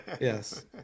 yes